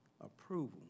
approval